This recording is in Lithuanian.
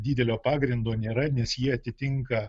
didelio pagrindo nėra nes jie atitinka